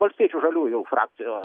valstiečių žaliųjų frakcijo